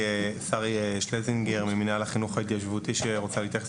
שרי שלזינגר ממינהל החינוך ההתיישבותי שרוצה להתייחס,